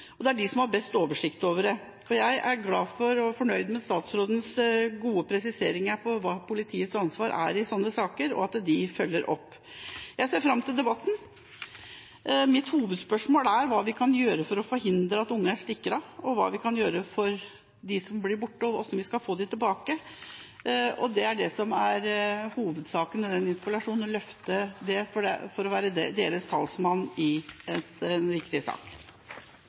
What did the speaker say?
oversikt over det. Jeg er glad for og fornøyd med statsrådens gode presiseringer av hva politiets ansvar er i sånne saker, og at de følger opp. Jeg ser fram til debatten. Mitt hovedspørsmål er: Hva kan vi gjøre for å forhindre at barn stikker av, hva kan vi gjøre for dem som blir borte, og hvordan skal vi få dem tilbake? Det er det som er hovedsaken i denne interpellasjonen: å løfte det for å være deres talsmann i en viktig sak.